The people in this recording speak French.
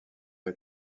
rez